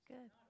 Good